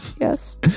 Yes